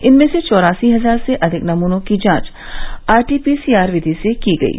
इनमें से चौरासी हजार से अधिक नमूनों की जांच आरटीपीसीआर विधि से की गयी